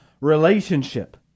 relationship